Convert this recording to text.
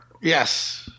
Yes